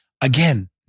again